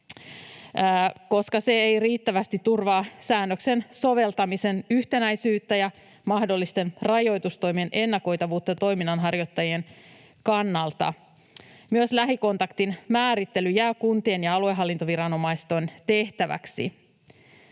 koska se ei riittävästi turvaa säännöksen soveltamisen yhtenäisyyttä ja mahdollisten rajoitustoimien ennakoitavuutta toiminnanharjoittajien kannalta. Myös lähikontaktin määrittely jää kuntien ja aluehallintoviranomaisten tehtäväksi.